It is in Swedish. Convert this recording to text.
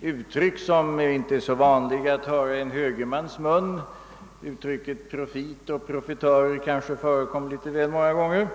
uttryck som det inte är så vanligt att höra i en högermans mun — uttrycken profit och profitörer kanske förekom litet väl många gånger.